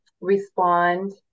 respond